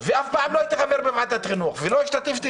ואף פעם לא הייתי חבר בוועדת חינוך ולא השתתפתי